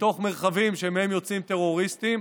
בתוך מרחבים שמהם יוצאים טרוריסטים.